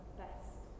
best